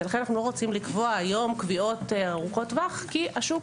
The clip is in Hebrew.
ואנחנו לא רוצים לקבוע היום קביעות ארוכות טווח כי השוק